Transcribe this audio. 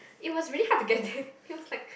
it was really hard to get there it was like